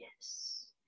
yes